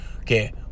okay